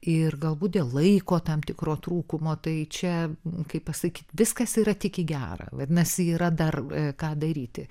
ir galbūt dėl laiko tam tikro trūkumo tai čia kaip pasakyt viskas yra tik į gerą vadinasi yra dar ką daryti